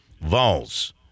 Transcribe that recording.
Vols